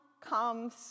comes